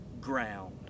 ground